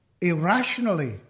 irrationally